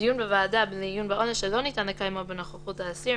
דיון בוועדה לעיון בעונש שלא ניתן לקיימו בנוכחות האסיר,